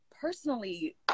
Personally